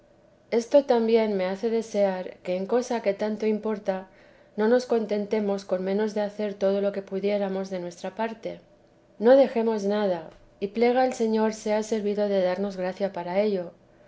esto también me hace desear que en cosa que tanto importa no nos contentemos con menos de hacer todo lo que pudiéremos de nuestra parte no dejemos nada y plega al señor sea servido de darnos gracia para ello